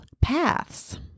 paths